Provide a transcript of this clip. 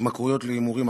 בהתמכרויות להימורים.